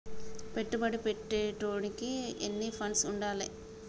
పెట్టుబడి పెట్టేటోనికి ఎన్ని ఫండ్స్ ఉండాలే?